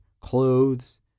clothes